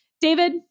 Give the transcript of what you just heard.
David